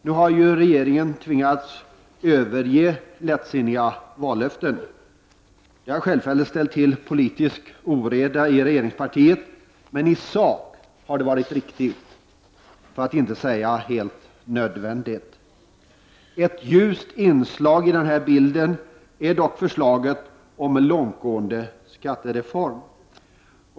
Nu har regeringen tvingats överge lättsinniga vallöften. Det har självfallet ställt till politisk oreda i regeringspartiet, men i sak har det varit riktigt, för att inte säga helt nödvändigt. Ett ljust inslag i den här bilden är dock förslaget om en långtgående skattereform.